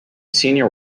senior